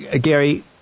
Gary